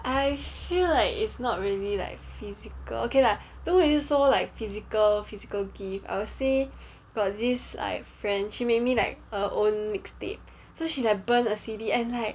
I feel like it's not really like physical okay lah don't have you so like physical physical gifts I will say got this like friend she made me like her own mix tape so she like burned a C_D and like